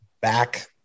back